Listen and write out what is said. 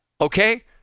Okay